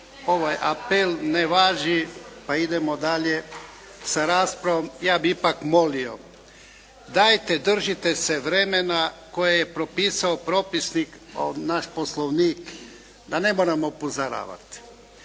ovaj apel ne važi pa idemo dalje sa raspravom. Ja bih ipak molio, dajte držite se vremena koje je propisao naš Poslovnik da ne moram upozoravat.